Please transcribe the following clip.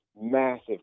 massive